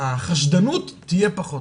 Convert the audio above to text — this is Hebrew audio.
החשדנות תהיה פחות,